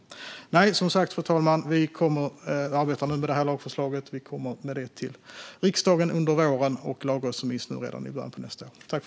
Vi kommer som sagt, fru talman, nu att arbeta med detta lagförslag. Vi kommer med det till riksdagen under våren, och lagrådsremissen kommer redan i början av nästa år.